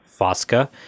FOSCA